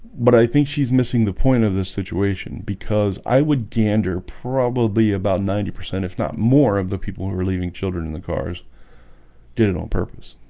but i think she's missing the point of this situation because i would gander probably about ninety percent if not more of the people who are leaving children in the cars did it on purpose?